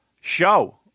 Show